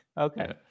Okay